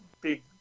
big